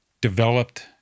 developed